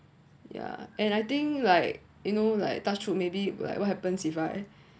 yeah and I think like you know like touch wood maybe like what happens if I